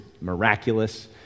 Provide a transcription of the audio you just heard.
miraculous